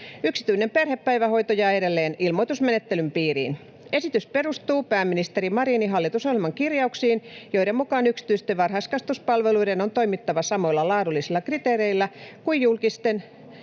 Yksityinen perhepäivähoito jää edelleen ilmoitusmenettelyn piiriin. Esitys perustuu pääministeri Marinin hallitusohjelman kirjauksiin, joiden mukaan yksityisten varhaiskasvatuspalveluiden on toimittava samoilla laadullisilla kriteereillä kuin julkisten,